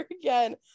again